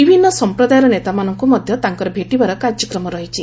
ବିଭିନ୍ନ ସମ୍ପ୍ରଦାୟର ନେତାମାନଙ୍କୁ ମଧ୍ୟ ତାଙ୍କର ଭେଟିବାର କାର୍ଯ୍ୟକ୍ମ ରହିଛି